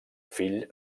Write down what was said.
fill